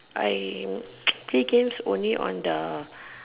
I play games only on the